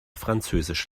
französisch